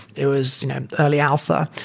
it was early alpha.